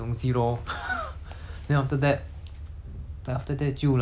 then after that 就 like 很像像球被球这样被踢来踢去踢来踢去 lor